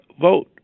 vote